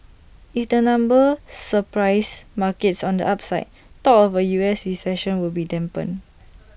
if the numbers surprise markets on the upside talk of A U S recession will be dampened